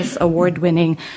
award-winning